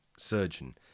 surgeon